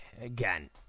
Again